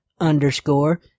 underscore